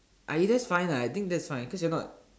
I eh that's fine lah I think that's fine cause you're not